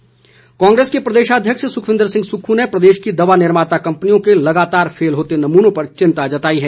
सुखविंद्र कांग्रेस के प्रदेशाध्यक्ष सुखविंद्र सिंह सुक्खू ने प्रदेश की दवा निर्माता कंपनियों के लगातार फेल होते नमूनों पर चिंता जताई है